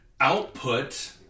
output